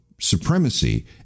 supremacy